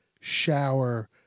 shower